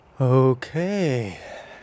Okay